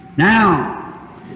Now